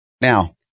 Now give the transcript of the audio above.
Now